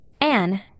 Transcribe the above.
Anne